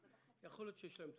תקשיבי: יכול להיות שיש להם תרומות,